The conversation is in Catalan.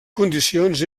condicions